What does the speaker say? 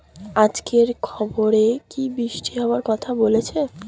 আজকের খবরে কি বৃষ্টি হওয়ায় কথা বলেছে?